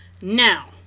Now